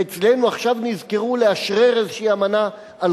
ואצלנו עכשיו נזכרו לאשרר איזו אמנה על